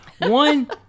one